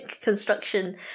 Construction